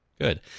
Good